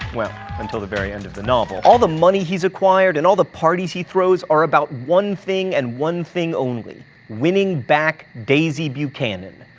well until the very end of the novel. all the money he's acquired and all the parties he throws, are about one thing and one thing only winning back daisy buchanan.